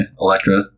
Electra